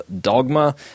Dogma